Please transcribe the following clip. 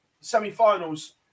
semi-finals